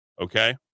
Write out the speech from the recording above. okay